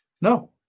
no